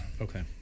Okay